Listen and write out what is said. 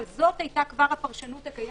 אבל זו היתה כבר הפרשנות הקיימת,